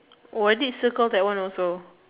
or is it circle that one also